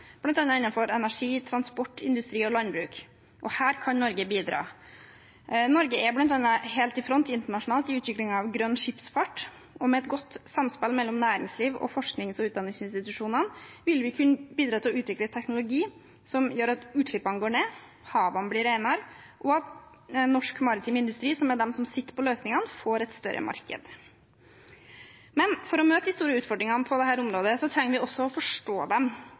energi, transport, industri og landbruk. Her kan Norge bidra. Norge er bl.a. helt i front internasjonalt i utviklingen av grønn skipsfart, og med et godt samspill mellom næringslivet og forsknings- og utdanningsinstitusjonene vil vi kunne bidra til å utvikle teknologi som gjør at utslippene går ned, at havene blir renere, og at norsk maritim industri – som sitter på løsningene – får et større marked. For å møte de store utfordringene på dette området trenger vi å forstå dem.